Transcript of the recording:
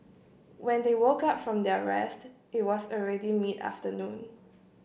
when they woke up from their rest it was already mid afternoon